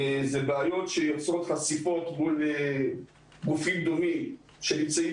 זה בעיות שיוצרות חשיפות מול גופים דומים שנמצאים